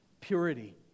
purity